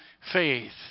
faith